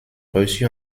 reçut